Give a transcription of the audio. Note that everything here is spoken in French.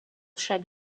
chaque